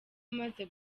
amaze